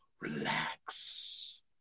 relax